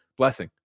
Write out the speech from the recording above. Blessing